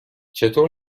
چطور